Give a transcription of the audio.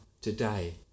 today